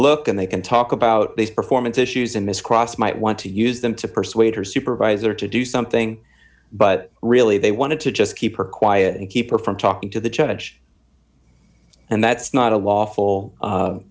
look and they can talk about these performance issues in this cross might want to use them to persuade her supervisor to do something but really they wanted to just keep her quiet and keep her from talking to the judge and that's not a lawful